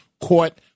Court